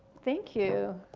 thank you.